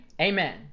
amen